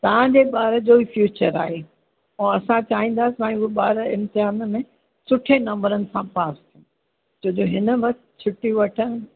तव्हां जे ॿार जो ई फ़्यूचर आहे और असां चाहींदा आहियूं ॿार इंतिहान में सुठे नंबरनि सां पास छो नो हिन वक्त छुट्टी वठणु